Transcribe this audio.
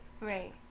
Right